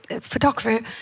photographer